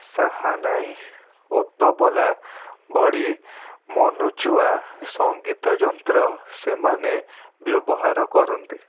ସାହାନାଇ ଓ ତବଲା ଭଳି ମନଛୁଆଁ ସଙ୍ଗୀତ ଯନ୍ତ୍ର ସେମାନେ ବ୍ୟବହାର କରନ୍ତି